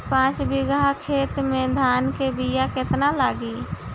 पाँच बिगहा खेत में धान के बिया केतना लागी?